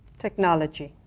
technology.